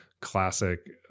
classic